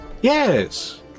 Yes